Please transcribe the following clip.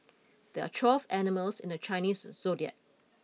there are twelve animals in the Chinese zodiac